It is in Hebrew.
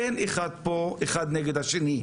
אנחנו לא אחד נגד השני,